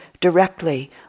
directly